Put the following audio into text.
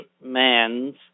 man's